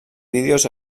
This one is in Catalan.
vídeos